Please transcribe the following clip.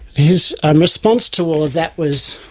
his um response to all of that was